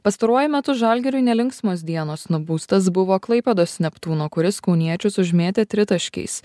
pastaruoju metu žalgiriui nelinksmos dienos nubaustas buvo klaipėdos neptūno kuris kauniečius užmėtė tritaškiais